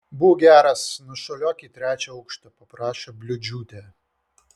būk geras nušuoliuok į trečią aukštą paprašė bliūdžiūtė